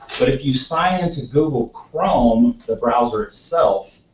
but if you sign into google chrome, the browser itself,